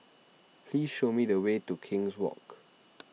please show me the way to King's Walk